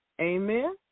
Amen